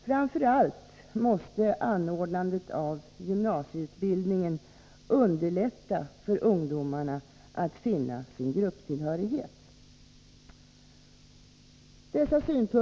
Framför allt måste anordnandet av gymnasieutbild Måndagen den ningen underlätta för ungdomarna att finna sin grupptillhörighet.